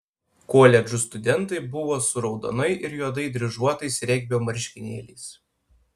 koledžų studentai buvo su raudonai ir juodai dryžuotais regbio marškinėliais